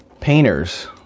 painters